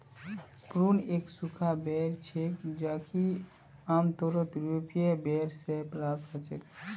prune एक सूखा बेर छेक जो कि आमतौरत यूरोपीय बेर से प्राप्त हछेक